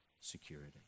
security